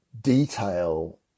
detail